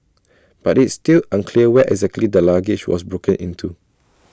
but it's still unclear where exactly the luggage was broken into